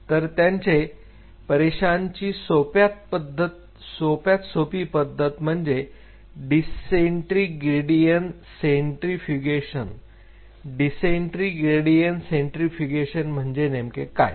तर त्यांचे परेशान ची सोप्यात सोपी पद्धत म्हणजे density gradient centrifugation density gradient centrifugation म्हणजे नेमके काय